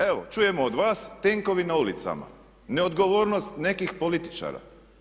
Evo čujemo od vas tenkovi na ulicama, neodgovornost nekih političara.